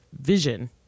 vision